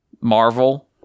Marvel